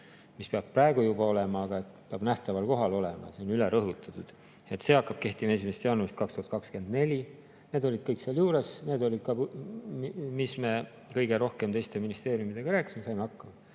see peab praegu juba olema, aga peab nähtaval kohal olema, see on üle rõhutatud – see hakkab kehtima 1. jaanuarist 2024. Need olid kõik seal juures, need olid ka, mis me kõige rohkem teiste ministeeriumidega rääkisime, saime hakkama.